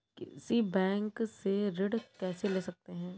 किसी बैंक से ऋण कैसे ले सकते हैं?